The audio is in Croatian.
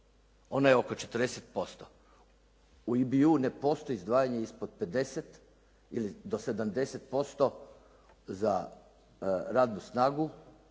Ona je oko 40%. U «IBU» ne postoji izdvajanje ispod 50 ili do 70% za radnu snagu